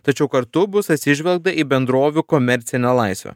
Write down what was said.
tačiau kartu bus atsižvelgta į bendrovių komercinę laisvę